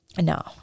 no